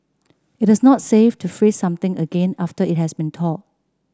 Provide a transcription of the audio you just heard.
it is not safe to freeze something again after it has thawed